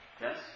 Yes